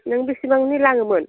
नों बिसिबांनि लाङोमोन